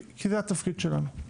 כי זה התפקיד שלנו.